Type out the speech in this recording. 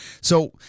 So-